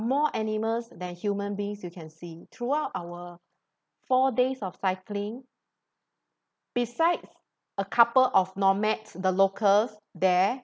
more animals than human beings you can see throughout our four days of cycling besides a couple of nomads the locals there